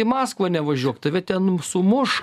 į maskvą nevažiuok tave ten sumuš